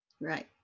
Right